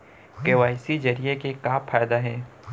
KYC जरिए के का फायदा हे?